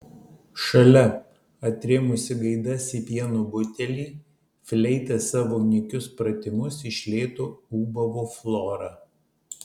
šalia atrėmusi gaidas į pieno butelį fleita savo nykius pratimus iš lėto ūbavo flora